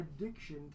addiction